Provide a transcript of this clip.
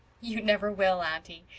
you never will, aunty.